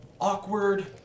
awkward